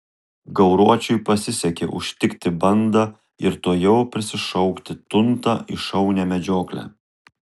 gauruočiui pasisekė užtikti bandą ir tuojau prisišaukti tuntą į šaunią medžioklę